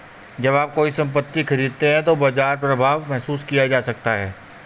जब आप कोई संपत्ति खरीदते हैं तो बाजार प्रभाव महसूस किया जा सकता है